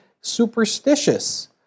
superstitious